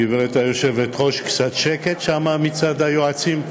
גברתי היושבת-ראש, קצת שקט שם מצד היועצים?